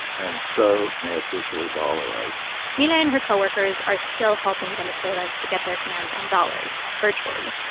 and so they officially dollarized mila and her co-workers are still helping venezuelans to get their hands on dollars virtually.